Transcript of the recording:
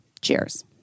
cheers